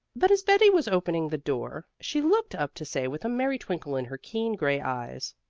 but as betty was opening the door, she looked up to say with a merry twinkle in her keen gray eyes,